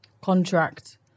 contract